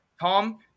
Tom